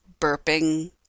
burping